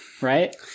right